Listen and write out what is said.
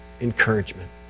encouragement